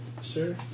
sir